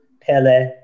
Pele